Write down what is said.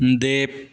देव